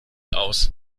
aus